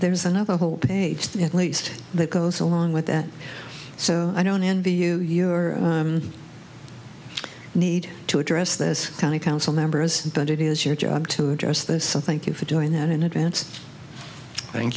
there's another whole debate at least that goes along with that so i don't envy you your need to address this kind of council members but it is your job to address this i think you for doing that in advance thank